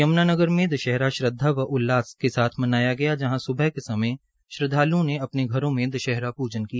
यम्नानगर में दशहरा श्रद्वा व उल्लास से मनाया गया जहां स्बह के समय श्रद्वाल्ओं ने अपने घरों में दशहरा पूजन किया